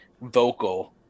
vocal